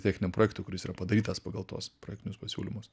techniniam projektui kuris yra padarytas pagal tuos projektinius pasiūlymus